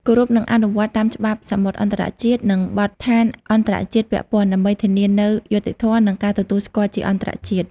គោរព និងអនុវត្តតាមច្បាប់សមុទ្រអន្តរជាតិ និងបទដ្ឋានអន្តរជាតិពាក់ព័ន្ធ ដើម្បីធានានូវយុត្តិធម៌ និងការទទួលស្គាល់ជាអន្តរជាតិ។